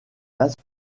menace